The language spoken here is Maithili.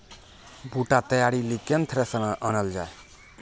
बूटा तैयारी ली केन थ्रेसर आनलऽ जाए?